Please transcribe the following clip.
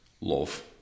love